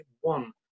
one